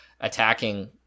attacking